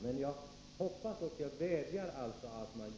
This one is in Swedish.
Men jag vill ändå rikta en vädjan till statsrådet.